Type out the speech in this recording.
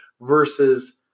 versus